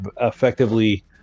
effectively